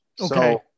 Okay